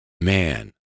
man